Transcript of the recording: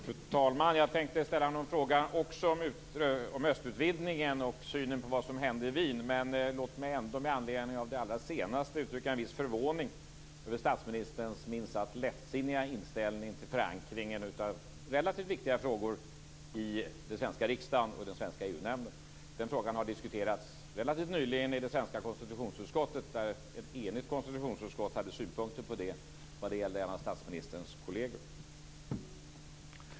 Fru talman! Jag tänkte ställa en fråga om östutvidgningen och synen på vad som hände i Wien. Men låt mig med anledning av det allra senaste som sades uttrycka en viss förvåning över statsministerns minst sagt lättsinniga inställning till förankringen av relativt viktiga frågor i den svenska riksdagen och den svenska EU-nämnden. Den frågan har nyligen diskuterats i det svenska konstitutionsutskottet då ett enigt utskott hade synpunkter när det gäller en av statsministerns kolleger.